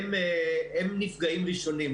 הם נפגעים ראשונים.